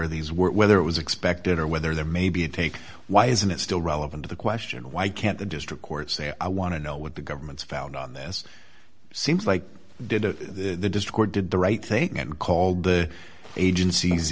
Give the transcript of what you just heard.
are these were whether it was expected or whether there may be a take why isn't it still relevant to the question why can't the district court say i want to know what the government's found on this seems like did the dischord did the right thing and called the agencies